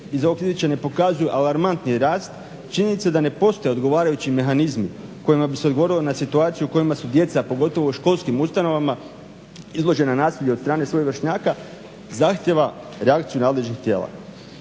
izvješća ne pokazuju alarmantni rast, činjenica je da ne postoje odgovarajući mehanizmi kojima bi se odgovorilo na situaciju u kojima su djeca, a pogotovo u školskim ustanovama izložena nasilju od strane svojih vršnjaka zahtijeva reakciju nadležnih tijela.